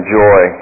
joy